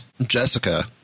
Jessica